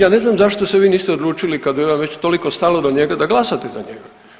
Ja ne znam zašto se vi niste odlučili kad je vama već toliko stalo do njega da glasate za njega.